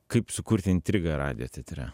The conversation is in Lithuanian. kaip sukurt intrigą radijo teatre